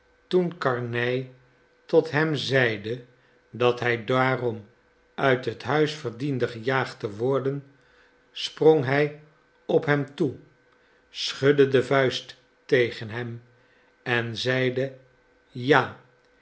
toen karnej tot hem zeide dat hij daarom uit het huis verdiende gejaagd te worden sprong hij op hem toe schudde de vuist tegen hem en zeide ja